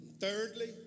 Thirdly